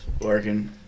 Working